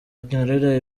nkorera